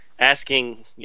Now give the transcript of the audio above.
asking